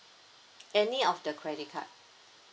any of the credit card